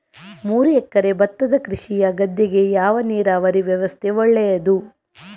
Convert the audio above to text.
ಮೂರು ಎಕರೆ ಭತ್ತದ ಕೃಷಿಯ ಗದ್ದೆಗೆ ಯಾವ ನೀರಾವರಿ ವ್ಯವಸ್ಥೆ ಒಳ್ಳೆಯದು?